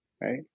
right